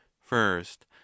first